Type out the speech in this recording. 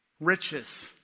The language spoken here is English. Riches